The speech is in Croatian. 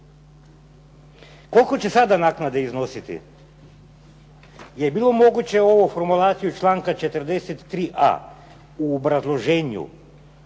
Koliko će sada naknade iznositi? Je li bilo moguće ovu formulaciju iz članka 43.a u obrazloženju